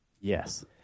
yes